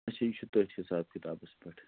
اچھا یہِ چھِ تٔتھۍ حِساب کِتابَس پٮ۪ٹھ